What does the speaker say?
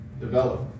develop